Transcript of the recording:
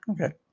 Okay